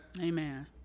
amen